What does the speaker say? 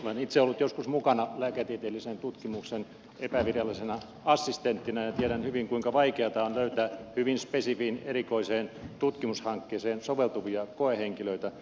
olen itse ollut joskus mukana lääketieteellisen tutkimuksen epävirallisena assistenttina ja tiedän hyvin kuinka vaikeata on löytää hyvin spesifiin erikoiseen tutkimushankkeeseen soveltuvia koehenkilöitä